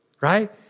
right